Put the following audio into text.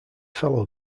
fellow